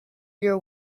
your